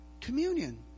communion